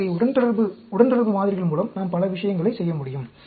எனவே உடன்தொடர்பு உடன்தொடர்பு மாதிரிகள் மூலம் நாம் பல விஷயங்களைச் செய்ய முடியும்